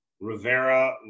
Rivera